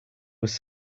was